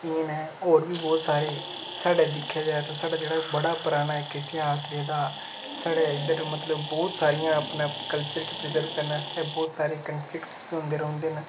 इ'यां गै होर बी बोह्त सारे साढ़ै दिक्खेआ जा तां साढ़ा जेह्ड़ा बड़ा पराना इक इतहास रेह्दा साढ़ै इद्धर मतलब बोह्त सारियां अपने कल्चर गी प्रिजर्ब करने आस्तै इत्थै बोह्त सारे कंफलिकट्स बी होंदे रौंह्दे न